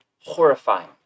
horrifying